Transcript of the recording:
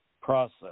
process